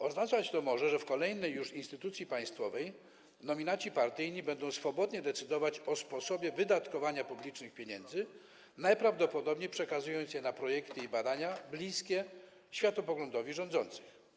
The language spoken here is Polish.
Oznaczać to może, że w kolejnej już instytucji państwowej nominaci partyjni będą swobodnie decydować o sposobie wydatkowania publicznych pieniędzy, najprawdopodobniej przekazując je na projekty i badania bliskie światopoglądowi rządzących.